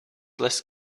less